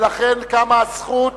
ולכן קמה הזכות,